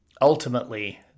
Ultimately